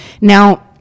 Now-